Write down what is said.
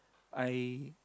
I